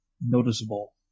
noticeable